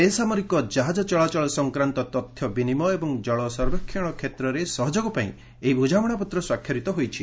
ବେସାମରିକ କାହାକ ଚଳାଚଳ ସଂକ୍ରାନ୍ତ ତଥ୍ୟ ବିନିମୟ ଏବଂ ଜଳ ସର୍ବେକ୍ଷଣ କ୍ଷେତ୍ରରେ ସହଯୋଗ ପାଇଁ ଏହି ବୁଝାମଣାପତ୍ର ସ୍ୱାକ୍ଷରିତ ହୋଇଛି